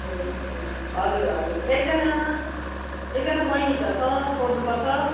ए हजुर हजुर एकजना एकजना बैनी त छ सोध्नुपर्छ